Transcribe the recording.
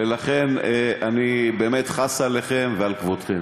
ולכן אני באמת חס עליכם ועל כבודכם.